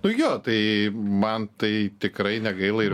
nu jo tai man tai tikrai negaila ir